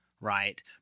right